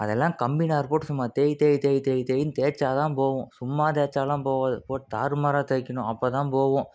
அதெல்லாம் கம்பி நார் போட்டு சும்மா தேய் தேய் தேய் தேய் தேயின்னு தேய்ச்சா தான் போகும் சும்மா தேய்ச்சாலாம் போகாது போட்டு தாறுமாறாக தேய்க்கணும் அப்போ தான் போகும்